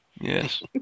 Yes